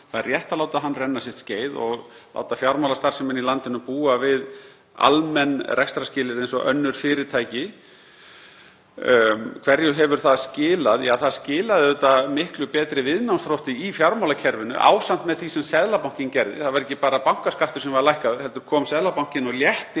aðgerð — renna sitt skeið og láta fjármálastarfsemina í landinu búa við almenn rekstrarskilyrði eins og önnur fyrirtæki. Hverju hefur það skilað? Ja, það skilaði auðvitað miklu betri viðnámsþrótti í fjármálakerfinu ásamt því sem Seðlabankinn gerði. Það var ekki bara bankaskattur sem var lækkaður heldur létti Seðlabankinn af